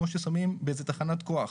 כמו ששמים באיזה תחנת כוח.